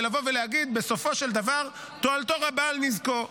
ולבוא ולהגיד: בסופו של דבר תועלתו רבה על נזקו.